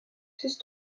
sest